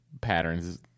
patterns